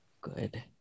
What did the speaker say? Good